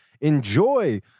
Enjoy